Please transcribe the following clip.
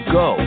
go